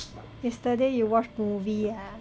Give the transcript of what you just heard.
yesterday you watch movie ah